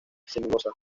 celulosa